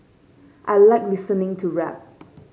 I like listening to rap